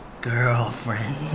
girlfriend